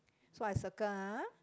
so I circle ah